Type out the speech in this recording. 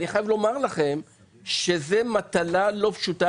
אני חייב לומר לכם שזוהי מטלה לא פשוטה